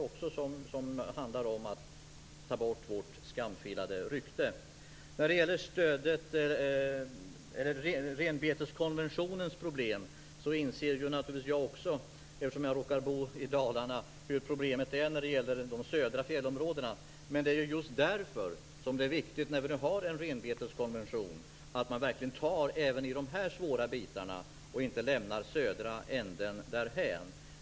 Också här handlar det om att ta bort vårt skamfilade rykte. Eftersom jag råkar bo i Dalarna inser naturligtvis också jag renbeteskonventionens problem när det gäller de södra fjällområdena. Men just därför, eftersom vi nu har en renbeteskonvention, är det viktigt att man verkligen tar tag i även de här svåra bitarna och inte lämnar södra änden därhän.